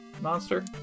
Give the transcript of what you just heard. monster